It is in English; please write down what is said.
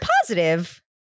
positive